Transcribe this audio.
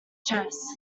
chess